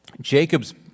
Jacob's